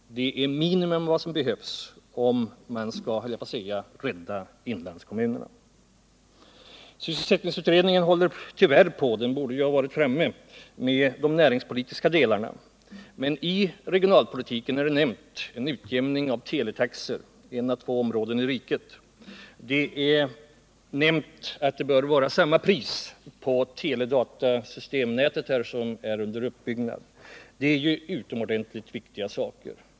Det är minimum av vad som behövs för att rädda inlandskommunerna. Sysselsättningsutredningen håller tyvärr fortfarande på — den borde ha varit klar med de näringspolitiska delarna. I förslaget till regionalpolitik nämns en utjämning av teletaxorna i ett å två områden i riket. Där nämns att det bör vara samma pris i hela landet på teledatasystemnätet som är under uppbyggnad. Det är utomordentligt viktiga saker.